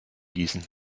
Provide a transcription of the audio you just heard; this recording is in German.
gießen